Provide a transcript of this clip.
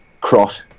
cross